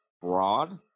broad